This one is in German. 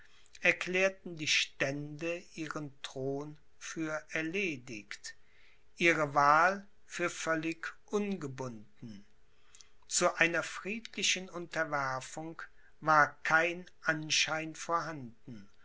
erklärten die stände ihren thron für erledigt ihre wahl für völlig ungebunden zu einer friedlichen unterwerfung war kein anschein vorhanden